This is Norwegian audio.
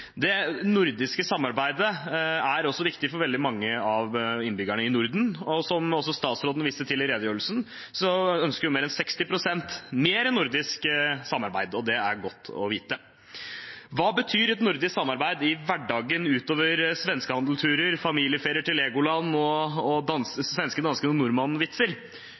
Det nordiske samarbeidet er også viktig for veldig mange av innbyggerne i Norden. Som også statsråden viste til i redegjørelsen, ønsker mer enn 60 pst. mer nordisk samarbeid. Det er godt å vite. Hva betyr et nordisk samarbeid i hverdagen, utover svenskehandelturer, familieferier til Legoland og svensken, dansken og nordmannen-vitser? Vi har et felles verdigrunnlag som nordiske land, vi har tilnærmet lik historie, og